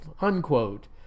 unquote